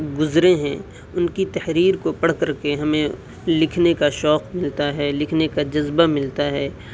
گزرے ہیں ان کی تحریر کو پڑھ کر کے ہمیں لکھنے کا شوق ملتا ہے لکھنے کا جذبہ ملتا ہے